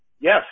Yes